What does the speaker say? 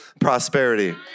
prosperity